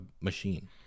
machine